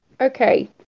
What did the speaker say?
Okay